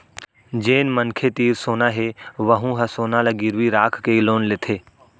जेन मनखे तीर सोना हे वहूँ ह सोना ल गिरवी राखके लोन लेथे